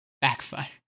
Backfire